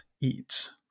Eats